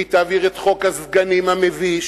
והיא תעביר את חוק הסגנים המביש,